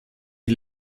die